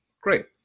great